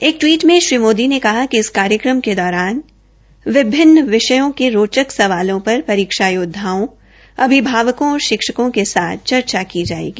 एक टवीट मे श्री मोदी ने कहा कि इस कार्यक्रम के दौरान अलग अलग विषयों बारे रोचक सवालों पर परीक्षा योदधाओं शिक्षकों और अभिभावकों के साथ चर्चा की जायेगी